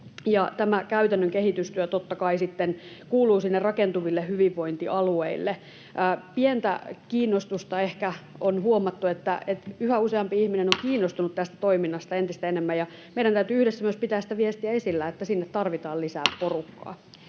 tämä käytännön kehitystyö totta kai sitten kuuluu sinne rakentuville hyvinvointialueille. Pientä kiinnostusta ehkä on huomattu, yhä useampi ihminen on kiinnostunut tästä toiminnasta entistä enemmän, ja meidän täytyy yhdessä myös pitää sitä viestiä esillä, että sinne tarvitaan lisää porukkaa.